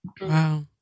Wow